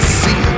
see